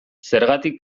zergatik